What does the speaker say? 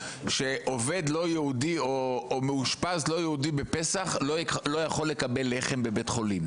שעובד לא יהודי או מאושפז לא יהודי בפסח לא יכול לקבל לחם בבית חולים.